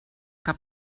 que